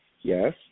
Yes